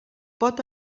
pot